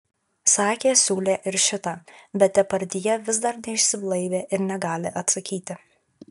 sakė siūlė ir šitą bet depardjė vis dar neišsiblaivė ir negali atsakyti